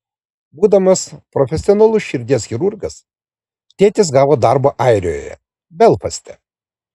būdamas profesionalus širdies chirurgas tėtis gavo darbą airijoje belfaste